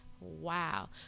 wow